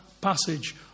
passage